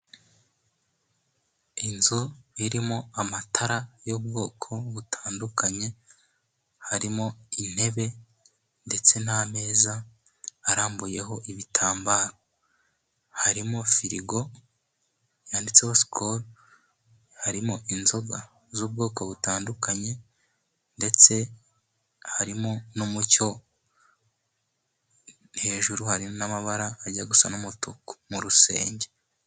Inzu irimo amatara y'ubwoko butandukanye, harimo intebe ndetse n'ameza arambuyeho ibitambaro. Harimo firigo yanditseho sikolo, harimo inzoga z'ubwoko butandukanye, ndetse harimo n'umucyo, hejuru hari n'amabara ajya gusa n'umutuku mu rusenge.